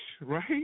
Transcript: right